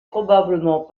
probablement